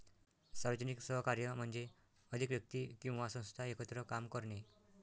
सार्वजनिक सहकार्य म्हणजे अधिक व्यक्ती किंवा संस्था एकत्र काम करणे